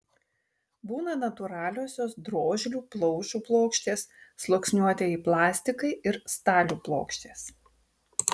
būna natūraliosios drožlių plaušų plokštės sluoksniuotieji plastikai ir stalių plokštės